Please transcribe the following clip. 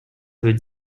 veut